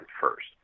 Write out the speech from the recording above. first